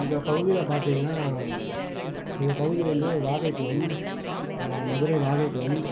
எங்கள் பகுதியில பார்த்தீங்கனா எங்கள் பகுதி வந்து வாகைக்குளம் மதுரை வாகைக்குளம்